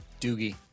Doogie